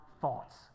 thoughts